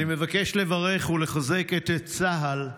אני מבקש לברך ולחזק את צה"ל,